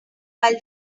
while